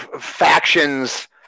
factions